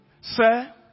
Sir